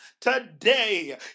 Today